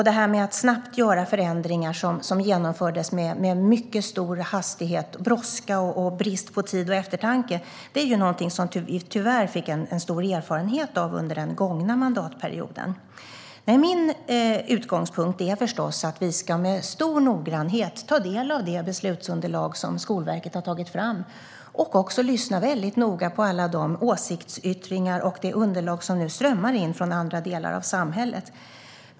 Detta att snabbt göra förändringar som genomförs med stor brådska och brist på eftertanke var något vi tyvärr fick stor erfarenhet av under den gångna mandatperioden. Min utgångspunkt är förstås att vi med stor noggrannhet ska ta del av det beslutsunderlag som Skolverket har tagit fram och också lyssna noga på alla de åsiktsyttringar och det underlag som nu strömmar in från andra delar av samhället.